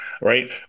Right